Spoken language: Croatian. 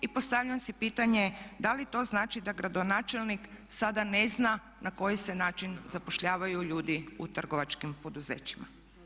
I postavljam si pitanje da li to znači da gradonačelnik sada ne zna na koji se način zapošljavaju ljudi u trgovačkim poduzećima.